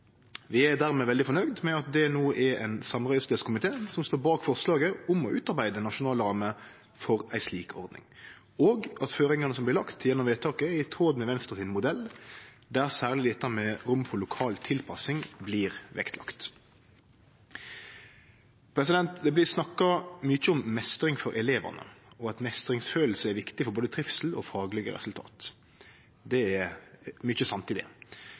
Vi er dermed veldig fornøgde med at det no er ein samrøystes komité som står bak forslaget om å utarbeide ei nasjonal ramme for ei slik ordning, og at føringane som blir lagde gjennom vedtaket, er i tråd med Venstre sin modell, der særleg det med rom for lokal tilpassing blir lagt vekt på. Det blir snakka mykje om meistring for elevane og at meistringsfølelse er viktig for både trivsel og faglege resultat. Det er mykje